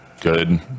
good